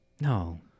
No